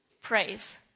praise